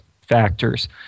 factors